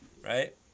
Right